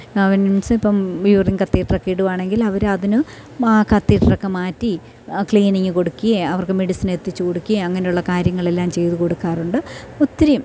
means ഇപ്പം യൂറിന് കതീട്രലൊക്കെ ഇടുവാണേലവരതിന് കതീട്രലൊക്കെ മാറ്റി ക്ലീനിങ് കൊടുക്കുകയും അവർക്ക് മെഡിസിൻ എത്തിച്ച് കൊടുക്കുകയും അങ്ങനെയുള്ള കാര്യങ്ങളെല്ലാം ചെയ്തു കൊടുക്കാറുണ്ട് ഒത്തിരിയും